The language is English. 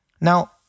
Now